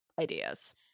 ideas